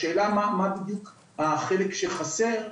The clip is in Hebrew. השאלה מה בדיוק החלק שחסר,